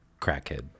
crackhead